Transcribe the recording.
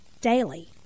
daily